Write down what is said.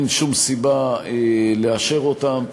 אין שום סיבה לאשר אותן,